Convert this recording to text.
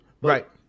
Right